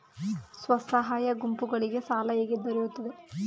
ಸ್ವಸಹಾಯ ಗುಂಪುಗಳಿಗೆ ಸಾಲ ಹೇಗೆ ದೊರೆಯುತ್ತದೆ?